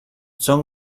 son